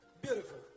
Beautiful